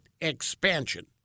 expansion